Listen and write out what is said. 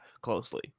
closely